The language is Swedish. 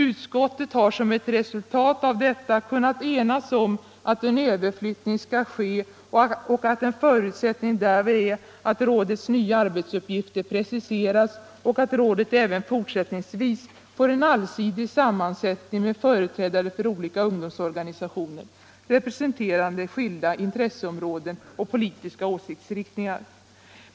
Utskottet har som ett resultat av detta kunnat enas om att en överflyttning skall ske och att en förutsättning därvid är att rådets nva arbetsuppgifter preciseras och att rådet även fortsättningsvis får en allsidig sammansättning med företrädare för olika ungdomsorganisationer. representerande skilda intresscområden och politiska åsiktsriktningar.